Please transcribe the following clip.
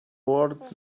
words